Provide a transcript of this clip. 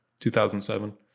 2007